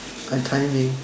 I timing